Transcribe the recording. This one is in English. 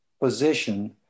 position